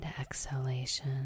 exhalation